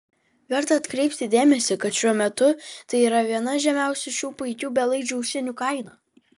verta atkreipti dėmesį kad šiuo metu tai yra viena žemiausių šių puikių belaidžių ausinių kaina